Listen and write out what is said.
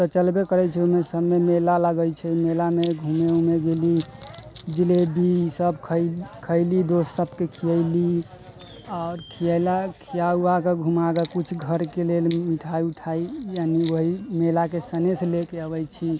तऽ चलबे करे छै ओयमे सबमे मेला लगै छै मेलामे घूमे उमे गेली जिलेबी ई सब खयली दोस्त सबके खियली आओर खियला खिया उआके घूमाके किछु घरके लेल मिठाइ उठाइ यानि वही मेलाके सनेस लेके अबै छी